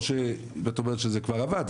או שאת אומרת שזה כבר עבד,